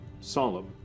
solemn